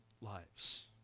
lives